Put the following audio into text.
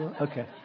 Okay